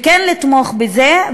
וכן לתמוך בזה,